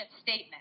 statement